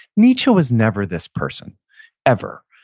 nietzsche was never this person ever.